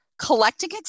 Collecting